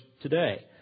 today